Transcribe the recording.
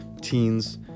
teens